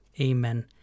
Amen